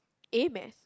A-math